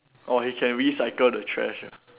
oh he can recycle the trash ah